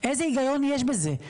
איזה היגיון יש בזה,